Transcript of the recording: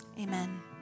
amen